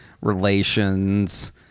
Relations